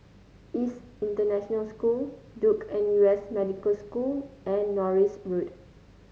ISS International School Duke N U S Medical School and Norris Road